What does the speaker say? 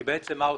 כי בעצם מה עושים?